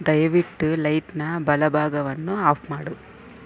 ದಯವಿಟ್ಟು ಲೈಟ್ನ ಬಲಭಾಗವನ್ನು ಆಫ್ ಮಾಡು